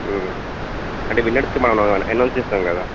అంటే విన్నర్స్కి మనము ఎనౌన్స్ చేస్తాం కదా